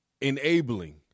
enabling